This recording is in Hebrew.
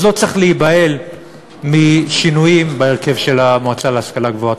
אז לא צריך להיבהל משינויים בהרכב של המועצה להשכלה גבוהה.